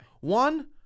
One